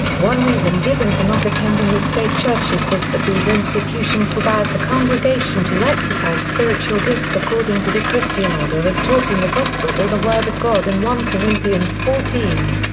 one reason given for not attending the state churches was that these institutions forbade the congregation to exercise spiritual gifts according to the christian order as taught in the gospel or the word of god in one corinthians fourteen.